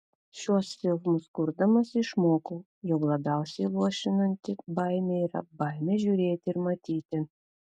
šiuos filmus kurdamas išmokau jog labiausiai luošinanti baimė yra baimė žiūrėti ir matyti